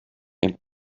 and